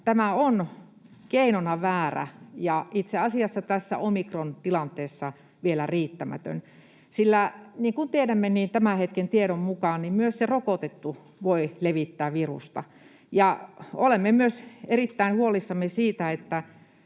tämä on keinona väärä ja itse asiassa tässä omikrontilanteessa vielä riittämätön, sillä niin kun tiedämme, tämän hetken tiedon mukaan myös rokotettu voi levittää virusta. Olemme myös erittäin huolissamme siitä, että